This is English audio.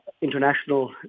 International